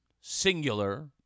singular